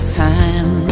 time